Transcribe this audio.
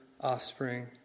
Offspring